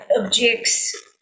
objects